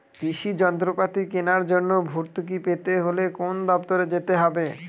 কৃষি যন্ত্রপাতি কেনার জন্য ভর্তুকি পেতে হলে কোন দপ্তরে যেতে হবে?